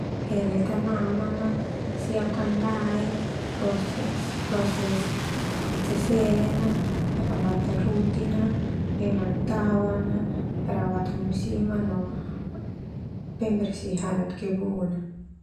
Hele tanaman ah, siapkan dae, proses seselen na, perawatan musim ah, pemantauan ah, perawatan musiman no pembersihan kebun na.